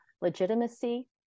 legitimacy